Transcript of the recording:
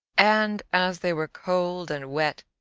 and, as they were cold and wet,